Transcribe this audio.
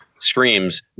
screams